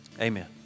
amen